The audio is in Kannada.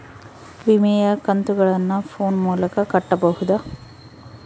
ವಿಮೆಯ ಕಂತುಗಳನ್ನ ಫೋನ್ ಮೂಲಕ ಕಟ್ಟಬಹುದಾ?